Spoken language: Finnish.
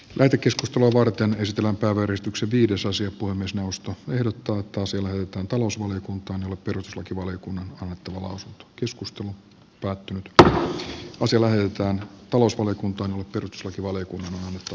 lähetekeskustelua varten istumaan pääväristykset viidesosa on myös puhemiesneuvosto ehdottaa että asia lähetetään työelämä ja perustuslakivaliokunnan tuumaus keskustelu päättynyt p aselajiltaan tasa arvovaliokuntaan